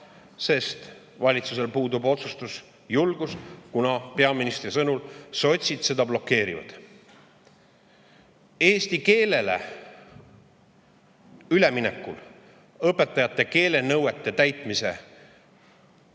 sest valitsusel puudub otsustusjulgus, kuna peaministri sõnul sotsid seda blokeerivad. Aga eesti [õppe]keelele üleminekul õpetajate keelenõuete täitmise